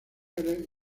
ángeles